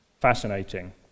fascinating